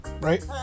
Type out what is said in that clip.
right